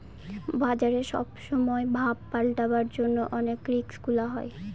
বাজারে সব সময় ভাব পাল্টাবার জন্য অনেক রিস্ক গুলা হয়